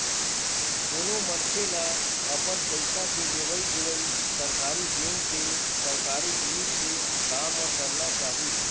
कोनो मनखे ल अपन पइसा के लेवइ देवइ सरकारी बेंक ते सरकारी जिनिस के काम म करना चाही